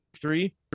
three